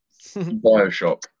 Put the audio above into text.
Bioshock